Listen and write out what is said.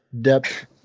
depth